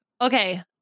Okay